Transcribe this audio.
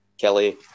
Kelly